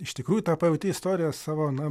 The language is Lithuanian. iš tikrųjų tą pajauti istoriją savo na